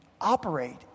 operate